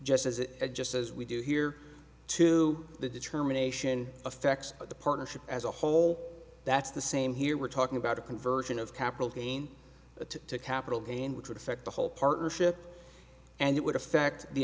a just as we do here to the determination effect of the partnership as a whole that's the same here we're talking about a conversion of capital gain to capital gain which would affect the whole partnership and it would affect the